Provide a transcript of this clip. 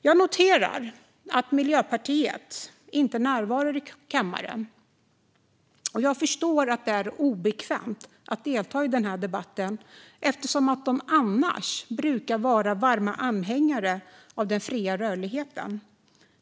Jag noterar att Miljöpartiet inte närvarar i kammaren, och jag förstår att det är obekvämt att delta i den här debatten eftersom de annars brukar vara varma anhängare av den fria rörligheten.